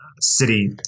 city